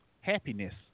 happiness